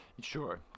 Sure